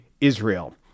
Israel